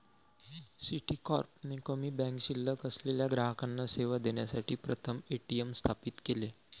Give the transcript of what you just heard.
Citicorp ने कमी bank शिल्लक असलेल्या ग्राहकांना सेवा देण्यासाठी प्रथम ए.टी.एम स्थापित केले